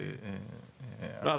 לא,